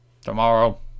Tomorrow